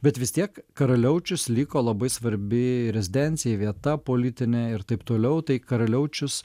bet vis tiek karaliaučius liko labai svarbi rezidencijai vieta politinė ir taip toliau tai karaliaučius